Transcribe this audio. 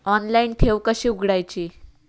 Online ठेव कशी उघडायची?